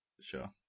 Sure